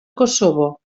kosovo